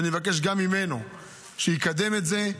ואני מבקש גם ממנו שיקדם את זה.